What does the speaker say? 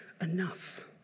enough